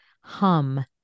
hum